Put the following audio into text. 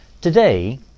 Today